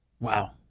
Wow